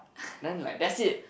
then like that's it